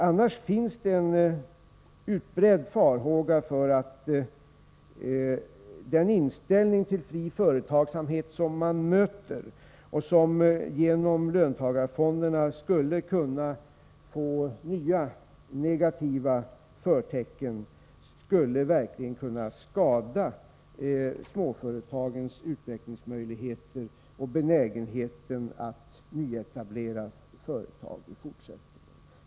Annars finns det en utbredd farhåga för att den inställning till fri företagsamhet som man möter och som genom löntagarfonderna skulle kunna få nya negativa förtecken verkligen kan skada småföretagens utvecklingsmöjligheter och benägenheten för nyetablering i fortsättningen.